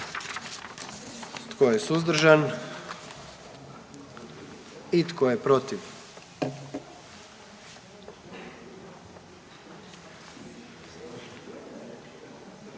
Tko je suzdržan? I tko je protiv?